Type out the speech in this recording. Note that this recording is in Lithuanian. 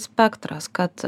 spektras kad